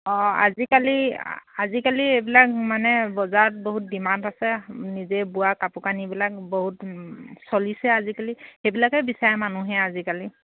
অঁ আজিকালি আজিকালি এইবিলাক মানে বজাৰত বহুত ডিমাণ্ড আছে নিজে বোৱা কাপোৰ কানিবিলাক বহুত চলিছে আজিকালি সেইবিলাকেই বিচাৰে মানুহে আজিকালি